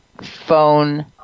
phone